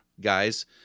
guys